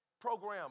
program